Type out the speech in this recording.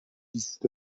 بیست